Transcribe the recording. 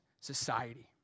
society